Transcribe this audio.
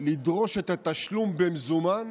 לדרוש את התשלום במזומן